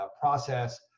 process